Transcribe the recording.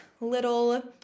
little